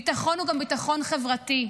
ביטחון הוא גם ביטחון חברתי.